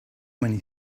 many